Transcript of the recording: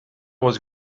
was